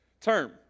term